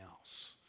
else